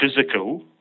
physical